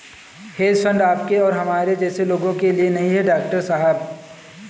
hedge fund आपके और हमारे जैसे लोगों के लिए नहीं है, डॉक्टर साहब